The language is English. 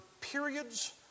periods